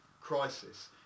crisis